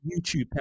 YouTube